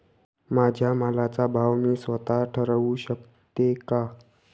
माझ्या मालाचा भाव मी स्वत: ठरवू शकते का?